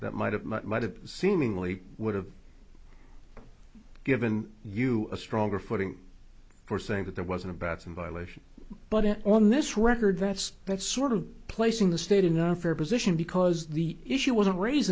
that might have might have seemingly would have given you a stronger footing for saying that there wasn't a batson violation but it on this record that's that's sort of placing the state in our fair position because the issue wasn't raised